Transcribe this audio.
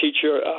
teacher